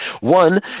One